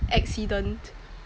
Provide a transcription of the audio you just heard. accident